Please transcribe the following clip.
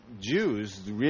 Jews